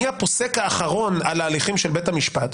מי הפוסק האחרון על ההליכים של בית המשפט?